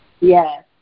Yes